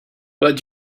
what